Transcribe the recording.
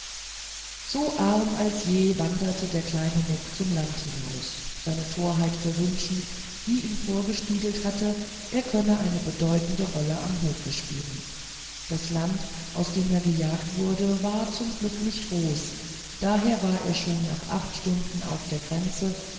so arm als je wanderte der kleine muck zum land hinaus seine torheit verwünschend die ihm vorgespiegelt hatte er könne eine bedeutende rolle am hofe spielen das land aus dem er gejagt wurde war zum glück nicht groß daher war er schon nach acht stunden auf der grenze